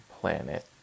planet